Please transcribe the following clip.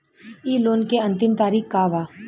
इ लोन के अन्तिम तारीख का बा?